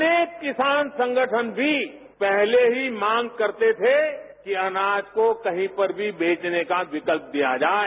अनेक किसान संगठन भी पहले ही मांग करते थे कि अनाज को कहीं पर भी बेचने का विकल्प दिया जाये